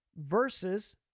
versus